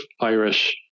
Irish